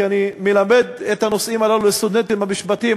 כי אני מלמד את הנושאים הללו סטודנטים למשפטים,